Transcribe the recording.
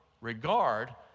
regard